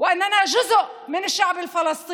הזאת ושאנו חלק מהעם הפלסטיני.